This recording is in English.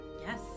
Yes